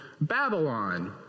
Babylon